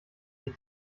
die